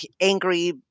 angry